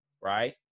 right